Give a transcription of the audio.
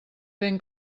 ben